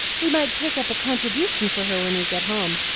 we might take up a contribution for her when we get home.